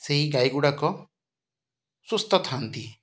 ସେଇ ଗାଈ ଗୁଡ଼ାକ ସୁସ୍ଥ ଥାନ୍ତି